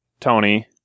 Tony